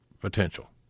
potential